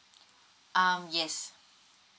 um yes